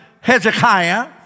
Hezekiah